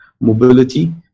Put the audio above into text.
mobility